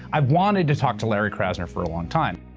i wanted to talk to larry krasner for a long time.